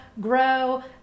grow